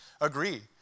agree